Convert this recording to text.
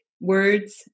words